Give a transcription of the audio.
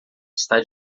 está